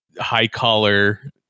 high-collar